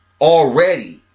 already